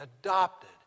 adopted